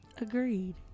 Agreed